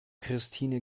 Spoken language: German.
christine